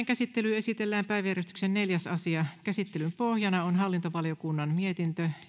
käsittelyyn esitellään päiväjärjestyksen neljäs asia käsittelyn pohjana on hallintovaliokunnan mietintö